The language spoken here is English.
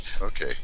Okay